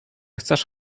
chcesz